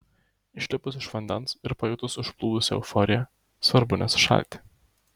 išlipus iš vandens ir pajutus užplūdusią euforiją svarbu nesušalti